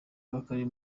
bw’akarere